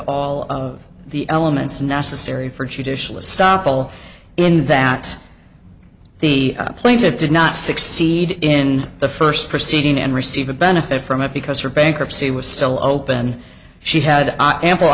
all of the elements necessary for judicial a stockpile in that the plaintiff did not succeed in the first proceeding and receive a benefit from it because for bankruptcy was still open she had ample